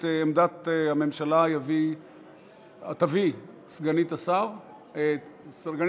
את עמדת הממשלה תביא סגנית השר חוטובלי.